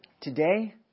today